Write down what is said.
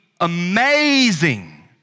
amazing